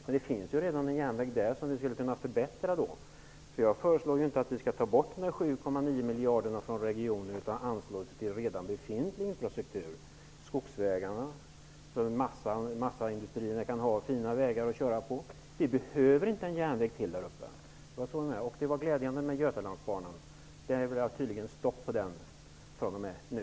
Men där finns ju redan en järnväg som man skulle kunna förbättra. Jag föreslår inte att man skall ta bort de 7,9 miljarderna till regionen utan att man anslår dem till redan befintlig infrastruktur, t.ex. skogbilvägarna så att massaindustrin får vägar att köra på. Det behövs inte en järnväg till där uppe. Det var glädjande att höra om Götalandsbanan. Den stoppas tydligen fr.o.m. nu.